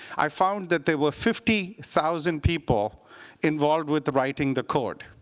i found that there were fifty thousand people involved with the writing the code.